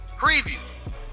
preview